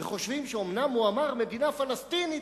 וחושבים שאומנם הוא אמר מדינה פלסטינית,